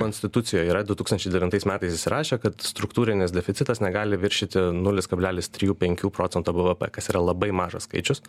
konstitucijoj yra du tūkstančiai devintais metais įsirašė kad struktūrinis deficitas negali viršyti nulis kablelis trijų penkių procentų bvp kas yra labai mažas skaičius